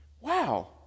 Wow